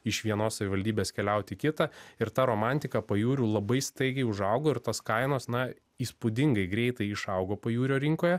iš vienos savivaldybės keliaut į kitą ir ta romantika pajūrių labai staigiai užaugo ir tos kainos na įspūdingai greitai išaugo pajūrio rinkoje